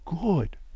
good